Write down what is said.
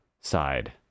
side